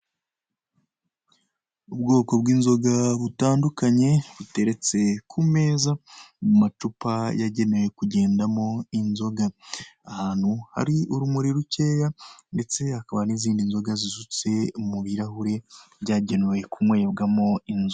Ubwokobw'inzoga butandukanye buteretse ku meza mu macupa yagenewe kugendamo inzoga, ahantu hari urumuri rukeya ndetse hakaba n'izindi nzoga zisutse mu birahure byagenewe kunywebwamo inzoga.